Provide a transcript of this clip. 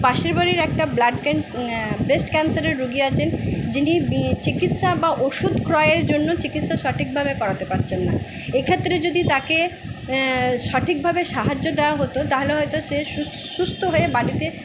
পাশের বাড়ির একটা ব্লাড ব্রেস্ট ক্যানসারের রুগি আছেন যিনি চিকিৎসা বা ওষুধ ক্রয়ের জন্য চিকিৎসা সঠিকভাবে করাতে পারছেন না এক্ষেত্রে যদি তাকে সঠিকভাবে সাহায্য দেওয়া হতো তাহলে হয়তো সে সুস্থ হয়ে বাড়িতে